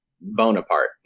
Bonaparte